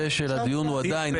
בעקבות הסיכום,